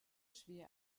schwer